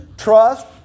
trust